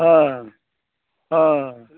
हँ हँ